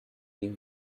you